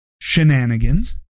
shenanigans